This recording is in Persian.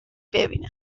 ببینن